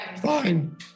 Fine